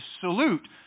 salute